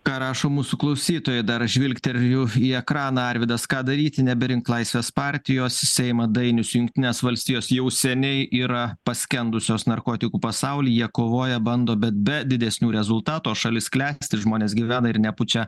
ką rašo mūsų klausytojai dar žvilgteliu į ekraną arvydas ką daryti neberink laisvės partijos į seimą dainius jungtinės valstijos jau seniai yra paskendusios narkotikų pasaulyje kovoja bando bet be didesnių rezultatų o šalis klesti žmonės gyvena ir nepučia